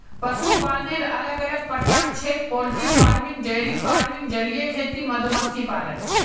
पशुपालनेर अलग अलग प्रकार छेक पोल्ट्री फार्मिंग, डेयरी फार्मिंग, जलीय खेती, मधुमक्खी पालन